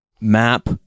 map